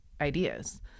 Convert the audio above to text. ideas